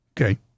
Okay